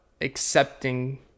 accepting